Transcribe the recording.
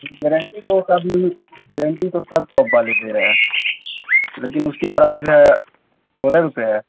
guarantee تو سبھی guarantee تو سب شاپ والے دے رہے ہیں لیکن اس کی پرائز ہے سولہ روپے ہے